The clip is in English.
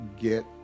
get